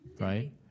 Right